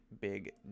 big